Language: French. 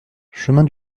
chemin